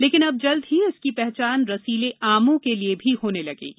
लेकिन अब जल्द ही इसकी पहचान रसीले आमों के लिए भी होने लगेगी